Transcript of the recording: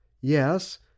Yes